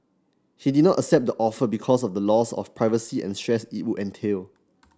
he did not accept the offer because of the loss of privacy and stress it would entail